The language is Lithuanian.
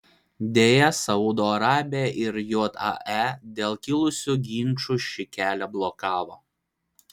deja saudo arabija ir jae dėl kilusių ginčų šį kelią blokavo